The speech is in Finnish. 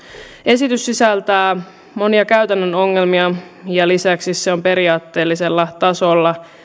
esitys sisältää monia käytännön ongelmia ja lisäksi se on periaatteellisella tasolla